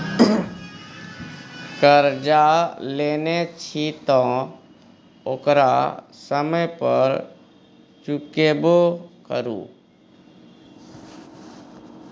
करजा लेने छी तँ ओकरा समय पर चुकेबो करु